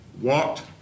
walked